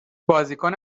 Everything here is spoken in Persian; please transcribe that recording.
بازیکن